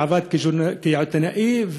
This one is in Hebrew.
כשעבד כעיתונאי,